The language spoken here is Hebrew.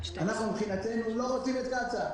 אנחנו מבחינתנו לא רוצים את קצא"א.